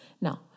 Now